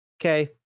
okay